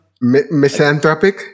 Misanthropic